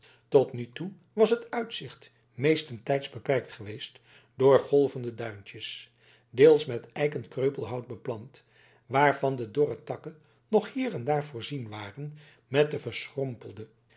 tot nog toe was het uitzicht meestentijds beperkt geweest door golvende duintjes deels met eiken kreupelhout beplant waarvan de dorre takken nog hier en daar voorzien waren met de